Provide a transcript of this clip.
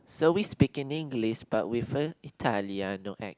so we speak in English but with a Italiano ac~